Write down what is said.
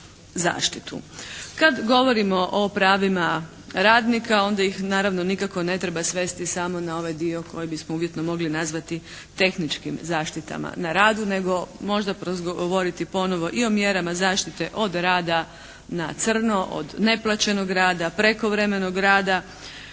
Kada govorimo o pravima radnika onda ih naravno nikako ne treba svesti samo na ovaj dio koji bismo uvjetno mogli nazvati tehničkim zaštitama na radu nego možda progovoriti ponovo i o mjerama zaštite od rada na crno, od neplaćenog rada, prekovremenog rada.